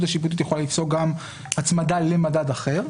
השיפוטית יכולה לפסוק גם הצמדה למדד אחר.